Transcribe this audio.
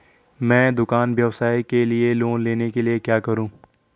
मैं दुकान व्यवसाय के लिए लोंन लेने के लिए क्या करूं?